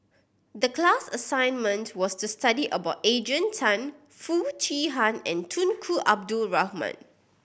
the class assignment was to study about Adrian Tan Foo Chee Han and Tunku Abdul Rahman